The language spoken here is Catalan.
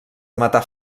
matar